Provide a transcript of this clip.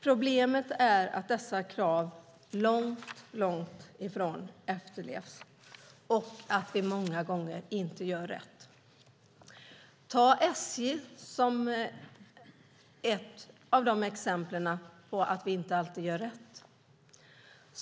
Problemet är att kraven inte på långt när efterlevs och att vi många gånger inte gör rätt. Ta SJ som ett exempel på att vi inte alltid gör rätt.